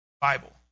Bible